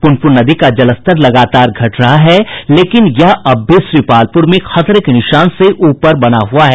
पुनपुन नदी का जलस्तर लगातार घट रहा है लेकिन यह अब भी श्रीपालपुर में खतरे के निशान से ऊपर बना हुआ है